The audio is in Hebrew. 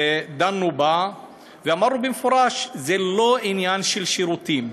ודנו בה ואמרנו במפורש: זה לא עניין של שירותים,